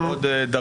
זו עוד דרגה.